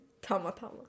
Tamatama